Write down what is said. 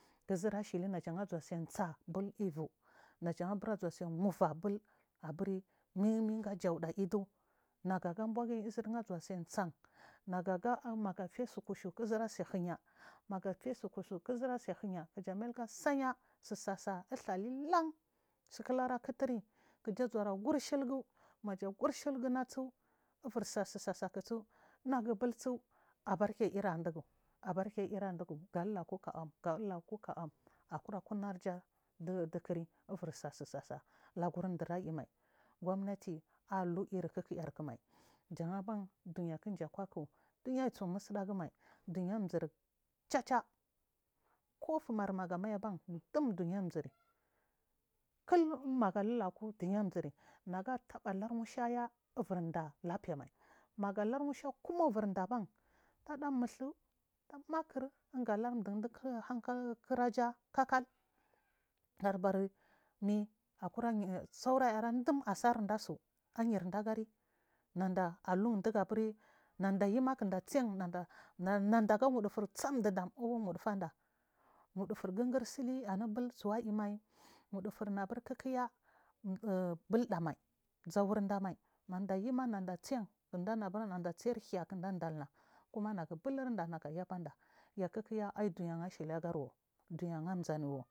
Gu uzur ashili najan ajuwasa nehua bul ivu najan abuna zuwa nuwva bul abur min gajauda idu naga ga umbuwaguyi uzur nga zusan chang maga fiya suku shu wzu ra sahunya maga fiya sukushu izura sa hunya gu jara sanya susa sasa u uhali lan sukular kuturiyi kuja zuwa gur shilgu gu ja gur sheguna ahu iviry sasa sasa ku ju nagu balchu abar iura ndugu abal kilura dugu galulaku kauwa galulaku kauwam akura kurnaja du kuriy ivir sasu sasala kumdur aiy mai gomnati alu kukuyar kumai janban duya ku damji akuwa ku duya aiy tu musdagu mai duya amzuri chacha kufmary maga mai aba duya amzuri kul maga lulaku duya zuri naga taba lury nusha ya ivirnda lapiamay maga luri nusha kumu ivirnd aban nag luri tada makur tada kum du hankal kuraja gadbarmi saura yarari dum asardasu nayur nda gari nanda lunduga buri nanda ayuma kunda chyan nanda ga nudfur cham du dam wu nudu fanda nudutu gungul sili anu bul chu aiy mai nudufu na aburi kukuya buldam mai zaurda mai nadayuma kun da chiyan ndugu hiya kuda ndalnan nag u kayaba nda ya kuku ya aiy duy nasi li agariwu.